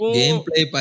gameplay